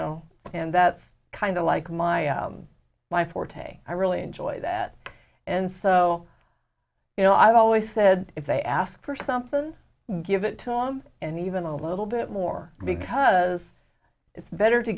know and that's kind of like my my forte i really enjoy that and so you know i've always said if they ask for something and give it to them and even a little bit more because it's better to